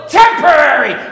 temporary